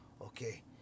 okay